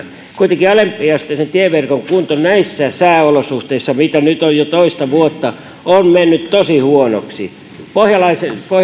kuitenkin alempiasteisen tieverkon kunto näissä sääolosuhteissa mitkä nyt on jo toista vuotta on mennyt tosi huonoksi pohjalainen